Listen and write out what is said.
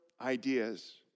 ideas